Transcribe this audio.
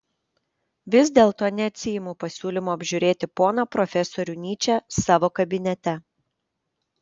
vis dėlto neatsiimu pasiūlymo apžiūrėti poną profesorių nyčę savo kabinete